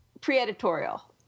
pre-editorial